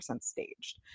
staged